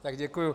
Tak děkuji.